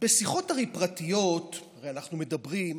בשיחות פרטיות, הרי אנחנו מדברים,